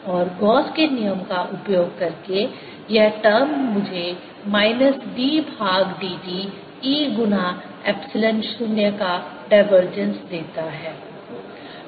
और गॉस के नियम Gauss's law का उपयोग करके यह टर्म मुझे माइनस d भाग dt e गुणा एप्सिलॉन 0 का डाइवर्जेंस देता है